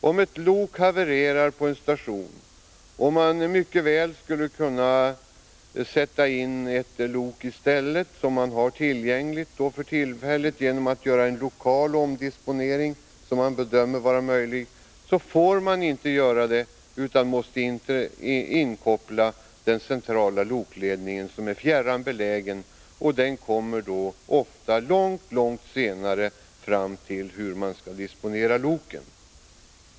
Om ett lok havererar på en station och man mycket väl— genom en lokal omdisponering som man bedömer vara möjlig— i stället skulle kunna sätta in ett annat lok, som man för tillfället har 39 tillgängligt, så får man inte göra detta. Man måste inkoppla den centrala lokledningen, som är fjärran belägen. Den kommer då, ofta långt senare, fram till hur man skall disponera loken.